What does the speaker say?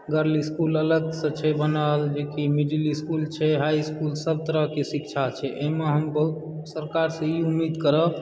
girl school अलगसँ छै बनल जेकि मिडिल इस्कूल छै हाईइस्कूलसभ तरहकेँ इस्कूली शिक्षा छै एहिमे हम बहुत सरकार से ई उम्मीद करब